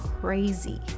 crazy